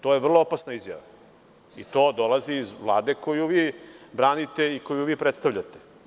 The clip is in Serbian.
To je vrlo opasna izjava i to dolazi iz Vlade koju vi branite i koju vi predstavljate.